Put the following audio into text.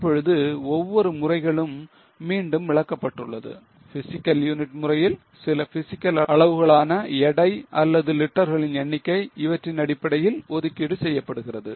இப்பொழுது ஒவ்வொரு முறைகளும் மீண்டும் விளக்கப்பட்டுள்ளது physical unit முறையில் சில phycial அளவுகள் ஆன எடை அல்லது லிட்டர்களின் எண்ணிக்கை இவற்றின் அடிப்படையில் ஒதுக்கீடு செய்யப்படுகிறது